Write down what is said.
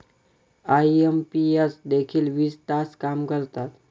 IMPS देखील वीस तास काम करतात?